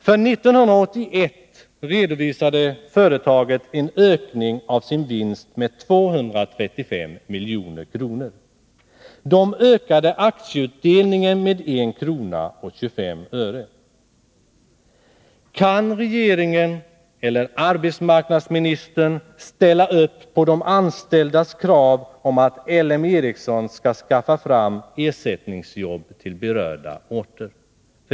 För 1981 redovisade företaget en ökning av sin vinst med 235 milj.kr. Man ökade aktieutdelningen med 1 kr. och 25 öre. Kan regeringen eller arbetsmarknadsministern ställa upp bakom de anställdas krav på att Ericssonkoncernen skall skaffa fram ersättningsjobb till berörda orter?